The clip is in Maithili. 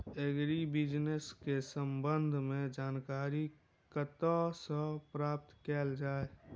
एग्री बिजनेस केँ संबंध मे जानकारी कतह सऽ प्राप्त कैल जाए?